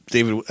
David